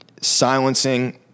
silencing